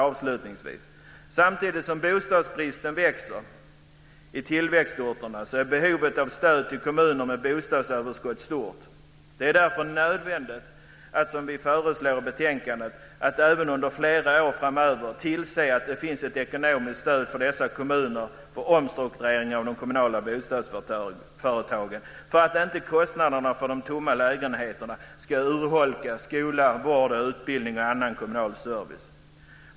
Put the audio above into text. Avslutningsvis: Samtidigt som bostadsbristen växer i tillväxtorterna är behovet av stöd till kommuner med bostadsöverskott stort. Det är därför nödvändigt att, som vi föreslår i betänkandet, även under flera år framöver tillse att det finns ett ekonomiskt stöd för dessa kommuner för omstrukturering av de kommunala bostadsföretagen för att kostnaderna för de tomma lägenheterna inte ska urholka skola, vård, utbildning och annan kommunal service.